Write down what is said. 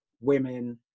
women